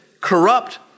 corrupt